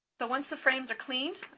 but once the frames are clean,